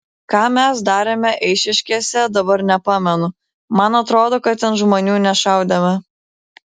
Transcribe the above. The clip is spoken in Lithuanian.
ką mes darėme eišiškėse dabar nepamenu man atrodo kad ten žmonių nešaudėme